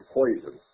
poison